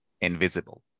invisible